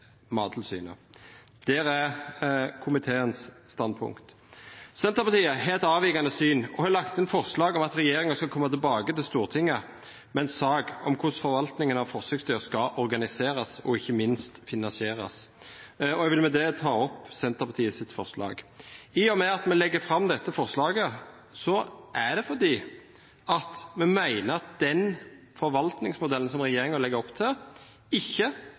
Det er komiteens standpunkt. Senterpartiet har et avvikende syn og har lagt inn forslag om at regjeringen skal komme tilbake til Stortinget med en sak om hvordan forvaltningen av forsøksdyr skal organiseres og ikke minst finansieres. Jeg vil med det ta opp Senterpartiets forslag. I og med at vi legger fram dette forslaget, er det fordi vi mener at den forvaltningsmodellen som regjeringen legger opp til, ikke